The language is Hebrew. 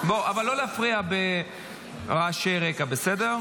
אבל לא להפריע ברעשי רקע, בסדר?